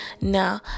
now